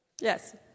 Yes